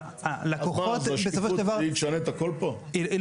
הלקוחות בסופו של דבר --- אז מה?